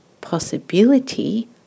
possibility